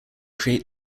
create